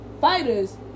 Fighters